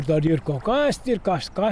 dar yr ko kasti ir kas ką